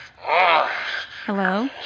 Hello